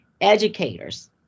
educators